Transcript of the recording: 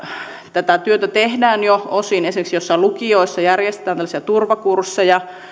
tätä työtä tehdään jo osin esimerkiksi joissain lukioissa järjestetään tällaisia turvakursseja